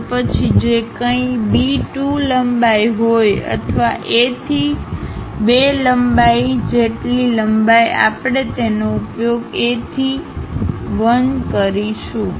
તો પછી જે કંઇ B 2 લંબાઈ હોય અથવા A થી 2 લંબાઈ જેટલી લંબાઈ આપણે તેનો ઉપયોગ A થી 1 કરીશું